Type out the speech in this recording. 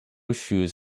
shoes